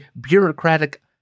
bureaucratic